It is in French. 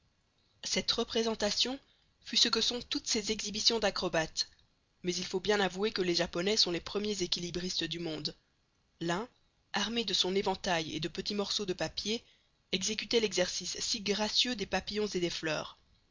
cette représentation fut ce que sont toutes ces exhibitions d'acrobates mais il faut bien avouer que les japonais sont les premiers équilibristes du monde l'un armé de son éventail et de petits morceaux de papier exécutait l'exercice si gracieux des papillons et des fleurs